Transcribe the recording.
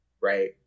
Right